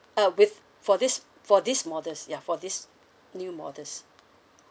uh with for this for these models yeah for these new models